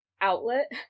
outlet